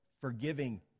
forgiving